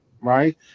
right